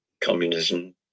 communism